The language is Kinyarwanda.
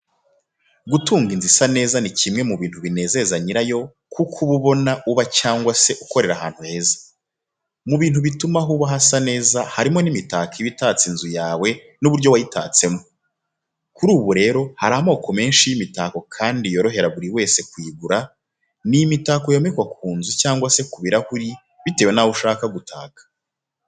Gutunga inzu isa neza ni kimwe mu bintu binezeza nyirayo kuko uba ubona uba cyangwa se ukorera ahantu heza. Mu bintu bituma aho uba hasa neza harimo n'imitako iba itatse inzu yawe n'uburyo wayitatsemo. Kuri ubu rero hari amoko menshi y'imitako kandi yakorohera buri wese kuyigura, ni imitako yomekwa ku nzu cyangwa se ku birahuri bitewe naho ushaka gutaka.